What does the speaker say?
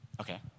Okay